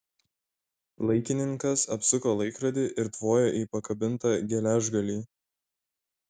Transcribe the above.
laikininkas apsuko laikrodį ir tvojo į pakabintą geležgalį